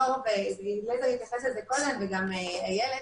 אליעזר התייחס לזה קודם וגם איילת,